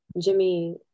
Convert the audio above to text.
Jimmy –